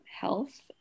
health